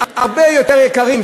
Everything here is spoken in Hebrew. הם הרבה יותר יקרים,